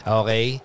okay